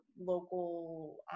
local